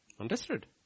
Understood